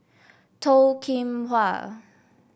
Toh Kim Hwa